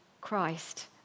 Christ